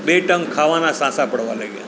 બે ટંક ખાવાના સાંસા પડવા લાગ્યાં